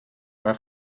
maar